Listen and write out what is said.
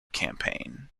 campaign